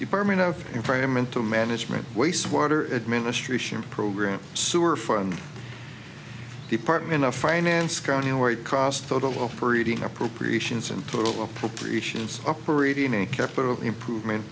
department of environmental management waste water administration program sewer fund department of finance county where it cost total operating appropriations and pro appropriations operating in a capital improvement